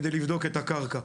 כדי לבדוק את הקרקע.